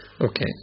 Okay